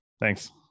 Thanks